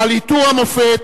בעל עיטור המופת